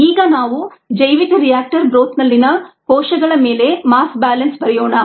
ಈಗ ನಾವು ಜೈವಿಕ ರಿಯಾಕ್ಟರ್ ಬ್ರೋತ್ನಲ್ಲಿನ ಕೋಶಗಳ ಮೇಲೆ ಮಾಸ್ ಬ್ಯಾಲೆನ್ಸ್ ಬರೆಯೋಣ